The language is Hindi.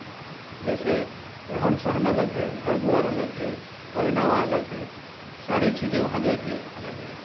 जैसे रहन सहन अलग है घर द्वार अलग है पहनावा अलग है सारी चीज़ें वहाँ जो है कि अलग हैं